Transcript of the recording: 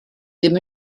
ddim